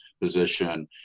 position